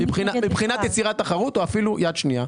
מבחינת יצירת תחרות, או אפילו יד שנייה.